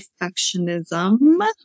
perfectionism